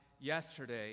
yesterday